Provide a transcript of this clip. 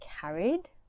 carried